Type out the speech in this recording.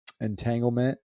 entanglement